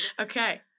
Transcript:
okay